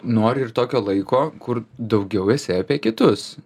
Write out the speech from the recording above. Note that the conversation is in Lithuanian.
nori ir tokio laiko kur daugiau esi apie kitus